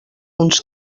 uns